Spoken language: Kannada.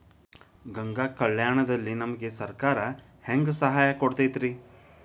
ಗಂಗಾ ಕಲ್ಯಾಣ ದಲ್ಲಿ ನಮಗೆ ಸರಕಾರ ಹೆಂಗ್ ಸಹಾಯ ಕೊಡುತೈತ್ರಿ?